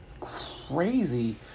crazy